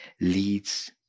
leads